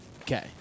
Okay